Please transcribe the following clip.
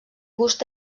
gust